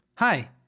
Hi